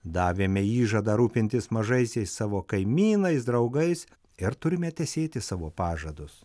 davėme įžadą rūpintis mažaisiais savo kaimynais draugais ir turime tesėti savo pažadus